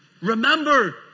Remember